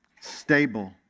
Stable